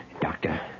Doctor